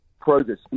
progress